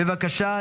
בבקשה.